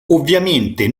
ovviamente